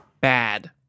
Bad